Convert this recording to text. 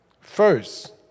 First